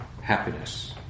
happiness